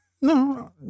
no